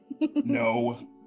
No